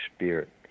Spirit